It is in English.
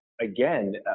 again